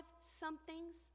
somethings